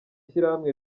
shyirahamwe